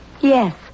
Yes